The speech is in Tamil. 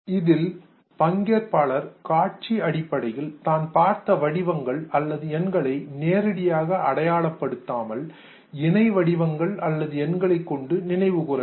இதில் பங்கேற்பாளர் காட்சி அடிப்படையில் தான் பார்த்த வடிவங்கள் அல்லது எண்களை நேரடியாக அடையாளப் படுத்தாமல் இணை வடிவங்கள் அல்லது எண்களைக் கொண்டு நினைவுகூர வேண்டும்